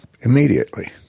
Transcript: immediately